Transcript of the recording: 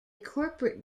corporate